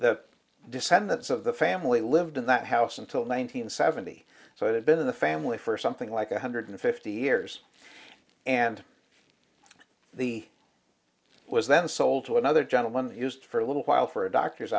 the descendants of the family lived in that house until one nine hundred seventy so it had been in the family for something like one hundred fifty years and the it was then sold to another gentleman used for a little while for a doctor's